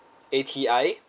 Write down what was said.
A T I